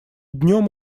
днем